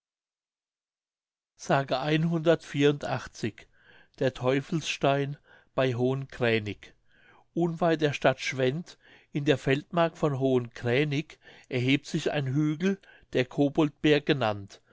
der teufelsstein bei hohen kränik unweit der stadt schwedt in der feldmark von hohen kränik erhebt sich ein hügel der koboldberg genannt